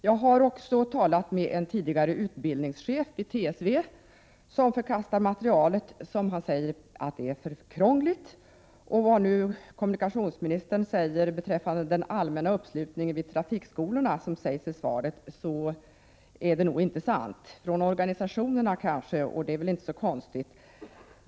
Jag har också talat med en tidigare utbildningschef i TSV, som förkastar materialet och säger att det är för krångligt. Vad kommunikationsministern säger i svaret beträffande den allmänna uppslutningen vid trafikskolorna är nog inte sant. Det gäller kanske organisationerna, och det är väl inte så konstigt.